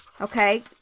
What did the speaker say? Okay